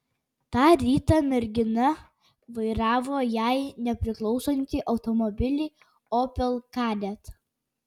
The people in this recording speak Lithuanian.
tą rytą mergina vairavo jai nepriklausantį automobilį opel kadett